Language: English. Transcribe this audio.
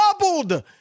doubled